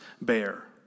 bear